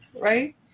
right